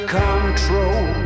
control